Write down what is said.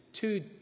two